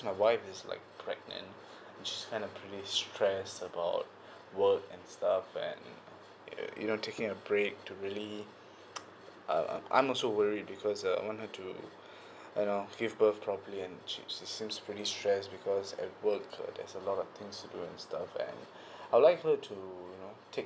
my wife is like pregnant she's kind of feeling stress about work and stuff and you you know taking a break to really uh I'm also worried because um I want her to you know give birth properly and she she seems really stress because at work uh there's a lot of to do and stuff and I'd like her to you know take